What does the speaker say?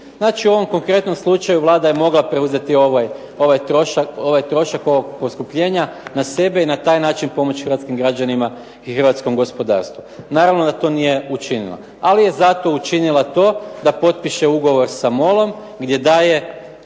Znači u ovom konkretnom slučaju Vlada je mogla preuzeti ovaj trošak ovog poskupljenja na sebe i na taj način pomoći hrvatskim građanima i hrvatskom gospodarstvu. Naravno da to nije učinila. Ali je zato učinila to da potpiše ugovor sa MOL-om gdje daje